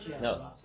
no